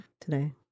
today